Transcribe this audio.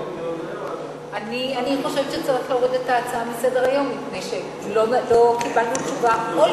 אני חושבת שצריך להוריד את ההצעה מסדר-היום מפני שלא קיבלנו תשובה.